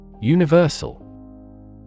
Universal